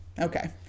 Okay